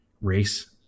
race